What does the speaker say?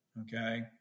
okay